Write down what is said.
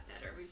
better